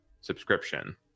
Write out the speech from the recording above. subscription